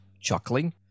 chuckling